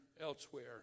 elsewhere